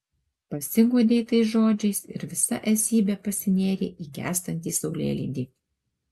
pasiguodei tais žodžiais ir visa esybe pasinėrei į gęstantį saulėlydį